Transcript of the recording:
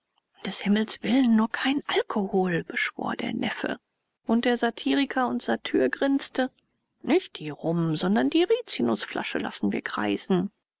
des himmels willen nur keinen alkohol beschwor der neffe und der satiriker und satyr grinste nicht die rum sondern die rizinusflasche lassen wir kreisen